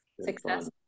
success